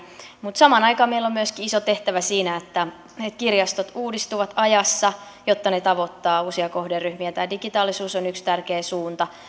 mutta samaan aikaan meillä on myöskin iso tehtävä siinä että kirjastot uudistuvat ajassa jotta ne tavoittavat uusia kohderyhmiä tämä digitaalisuus on yksi tärkeä suunta